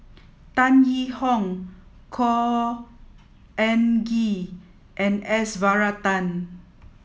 Tan Yee Hong Khor Ean Ghee and S Varathan